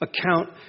account